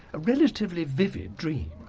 relatively vivid dream.